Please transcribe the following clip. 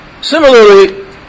Similarly